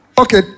Okay